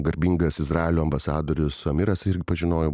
garbingas izraelio ambasadorius amiras irgi pažinojo